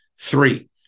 Three